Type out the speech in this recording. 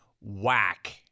Whack